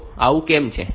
તે આવું કેમ છે